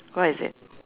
what is it